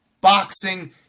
boxing